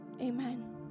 amen